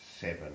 seven